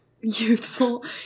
Youthful